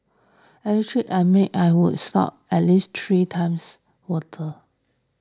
every trip I made I would stop at least three times water